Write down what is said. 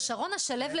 ששרונה שלו,